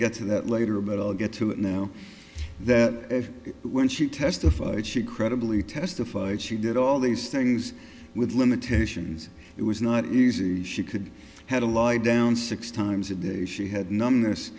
get to that later but i'll get to it now that when she testified she credibly testified she did all these things with limitations it was not easy she could had a lie down six times a day she had numbness